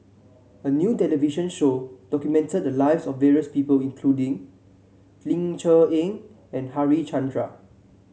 a new television show documented the lives of various people including Ling Cher Eng and Harichandra